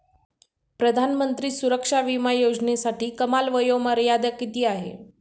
प्रधानमंत्री सुरक्षा विमा योजनेसाठी कमाल वयोमर्यादा किती आहे?